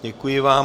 Děkuji vám.